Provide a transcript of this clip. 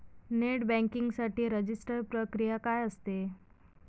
Net banking साठी register प्रक्रिया काय असते?